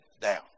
down